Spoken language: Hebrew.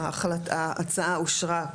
ההצעה אושרה.